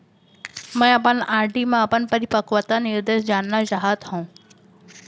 मै अपन आर.डी मा अपन परिपक्वता निर्देश जानना चाहात हव